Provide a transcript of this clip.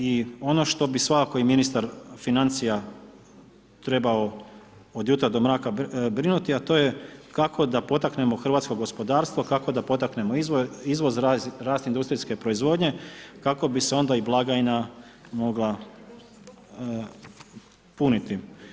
I ono što bi svakako i ministar financija trebao od jutra do mraka brinuti, a to je kako da potaknemo hrvatsko gospodarstvo, kako da potaknemo izvoz, rast industrijske proizvodnje, kako bi se onda i blagajna mogla puniti.